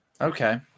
Okay